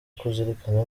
kuzirikana